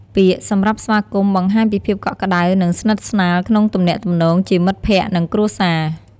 ពាក្យសម្រាប់ ស្វាគមន៍ បង្ហាញពីភាពកក់ក្តៅ និងស្និទ្ធស្នាលក្នុងទំនាក់ទំនងជាមិត្តភក្តិ និងគ្រួសារ។។